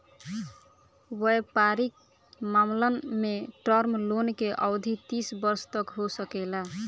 वयपारिक मामलन में टर्म लोन के अवधि तीस वर्ष तक हो सकेला